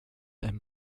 einem